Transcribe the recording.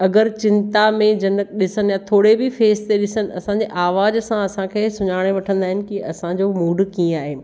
अगरि चिंता में जनक ॾिसंदा थोरे बि फेस ते ॾिसनि असांजे आवाज़ सां असांखे सुञाणे वठंदा आहिनि की असांजो मूड कीअं आहे